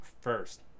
first